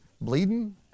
bleeding